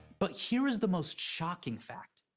but here is the most shocking fact.